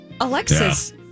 Alexis